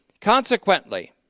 Consequently